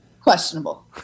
Questionable